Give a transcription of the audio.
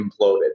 imploded